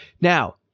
Now